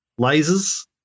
Lasers